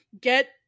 get